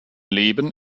leben